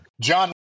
John